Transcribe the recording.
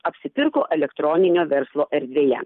apsipirko elektroninio verslo erdvėje